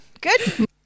good